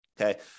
okay